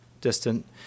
distant